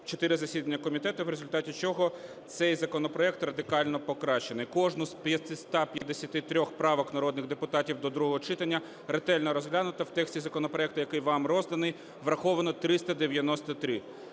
4 засідання комітету, в результаті чого цей законопроект радикально покращений. Кожну з 553 правок народних депутатів до другого читання ретельно розглянуто. В тексті законопроекту, який вам розданий, враховано 393.